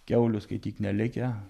kiaulių skaityk nelikę